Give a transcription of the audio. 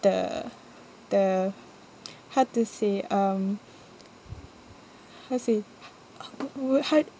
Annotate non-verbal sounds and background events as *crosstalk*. the the *noise* how to say um how to say *noise* how